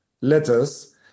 letters